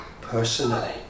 personally